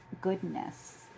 goodness